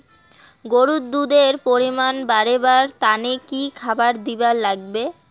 গরুর দুধ এর পরিমাণ বারেবার তানে কি খাবার দিবার লাগবে?